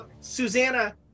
Susanna